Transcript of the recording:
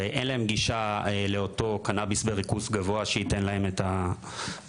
ואין להם גישה לאותו קנביס בריכוז גבוה שייתן להם את המזור